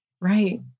right